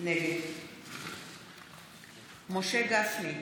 נגד משה גפני,